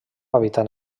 hàbitat